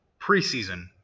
Preseason